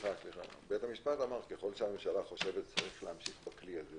סליחה בית המשפט אמר ככל שהממשלה חושבת שצריך להמשיך בכלי הזה,